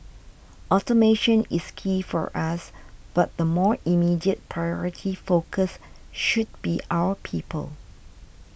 automation is key for us but the more immediate priority focus should be our people